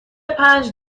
پنج